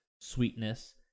sweetness